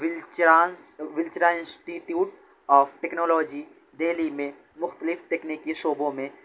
ولچرانس ولچرا institute of technology Delhi میں مختلف تکنیکی شعبوں میں